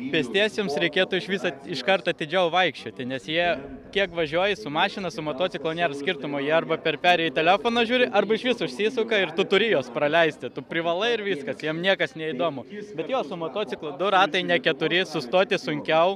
pėstiesiems reikėtų iš viso iškart atidžiau vaikščioti nes jie kiek važiuoji su mašina su motociklu nėra skirtumo jie arba per perėją į telefoną žiūri arba išvis užsisuka ir tu turi juos praleisti tu privalai ir viskas jiem niekas neįdomu bet jo su motociklu du ratai ne keturi sustoti sunkiau